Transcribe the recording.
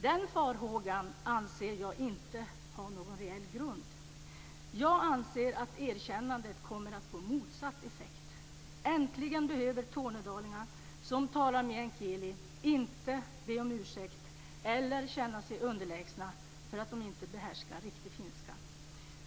Den farhågan anser jag inte har någon reell grund. Jag anser att erkännandet kommer att få motsatt effekt. Äntligen behöver tornedalingar som talar meänkieli inte be om ursäkt eller känna sig underlägsna för att de inte behärskar riktig finska.